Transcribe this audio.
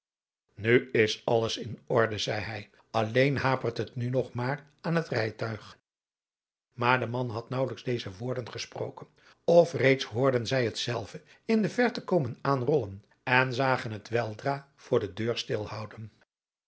nu is alles in orde zeide hij alleen hapert het nu nog maar aan het rijtuig maar de man had naauwelijks deze woorden gesproken of reeds hoorden zij hetzelve in de verte komen aanrollen en zagen het weldra voor de deur